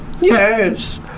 Yes